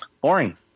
boring